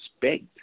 respect